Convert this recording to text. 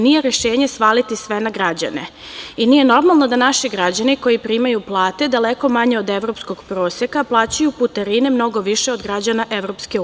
Nije rešenje svaliti sve na građane i nije normalno da naši građani, koji primaju plate daleko manje od evropskog proseka plaćaju putarine mnogo više od građana EU.